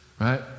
Right